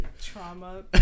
Trauma